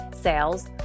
sales